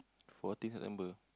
fourteen september